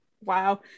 wow